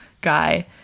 guy